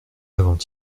avant